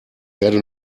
werde